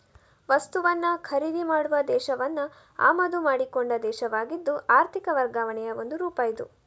ವಸ್ತುವನ್ನ ಖರೀದಿ ಮಾಡುವ ದೇಶವನ್ನ ಆಮದು ಮಾಡಿಕೊಂಡ ದೇಶವಾಗಿದ್ದು ಆರ್ಥಿಕ ವರ್ಗಾವಣೆಯ ಒಂದು ರೂಪ ಇದು